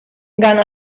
gana